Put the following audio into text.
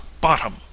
bottom